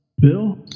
Bill